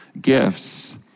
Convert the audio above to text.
gifts